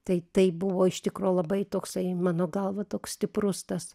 tai tai buvo iš tikro labai toksai mano galva toks stiprus tas